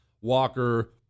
Walker